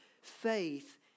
faith